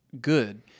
good